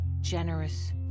generous